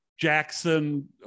Jackson